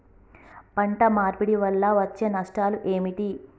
పంట మార్పిడి వల్ల వచ్చే నష్టాలు ఏమిటి?